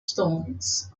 stones